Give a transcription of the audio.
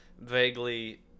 vaguely